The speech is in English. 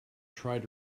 tried